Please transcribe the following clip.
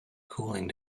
cooling